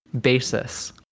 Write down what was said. basis